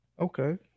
Okay